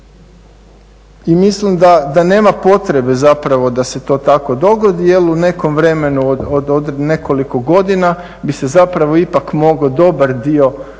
i mislim da nema potrebe da se to dogodi jel u nekom vremenu od nekoliko godina bi se ipak mogao dobar dio onih